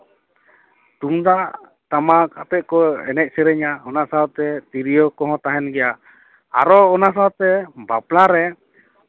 ᱛᱩᱢᱫᱟᱜ ᱴᱟᱢᱟᱠᱟᱛᱮ ᱠᱚ ᱮᱱᱮᱡ ᱥᱮᱨᱮᱧᱟ ᱚᱱᱟ ᱥᱟᱶᱛᱮ ᱛᱨᱤᱭᱳ ᱠᱚᱦᱚᱸ ᱛᱟᱦᱮᱱ ᱜᱮᱭᱟ ᱟᱨᱚ ᱚᱱᱟ ᱥᱟᱶᱛᱮ ᱵᱟᱯᱞᱟ ᱨᱮ